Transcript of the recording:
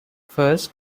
first